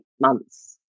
months